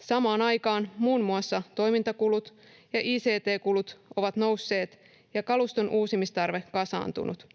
Samaan aikaan muun muassa toimintakulut ja ict-kulut ovat nousseet ja kaluston uusimistarve kasaantunut.